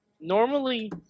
normally